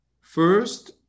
First